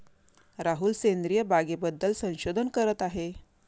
राहुल सेंद्रिय बागेबद्दल संशोधन करत आहे